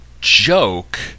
joke